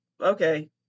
okay